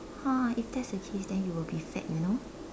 !huh! if that's the case then you will be fat you know